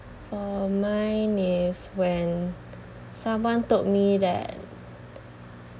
for mine is when someone told me that